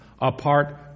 apart